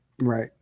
Right